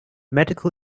medical